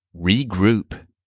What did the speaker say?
Regroup